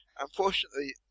Unfortunately